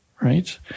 right